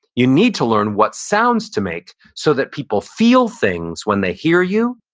you need to learn what sounds to make so that people feel things when they hear you.